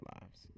lives